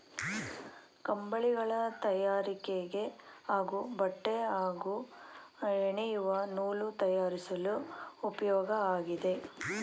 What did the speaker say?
ಕಂಬಳಿಗಳ ತಯಾರಿಕೆಗೆ ಹಾಗೂ ಬಟ್ಟೆ ಹಾಗೂ ಹೆಣೆಯುವ ನೂಲು ತಯಾರಿಸಲು ಉಪ್ಯೋಗ ಆಗಿದೆ